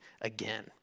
again